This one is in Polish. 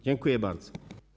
Dziękuję bardzo.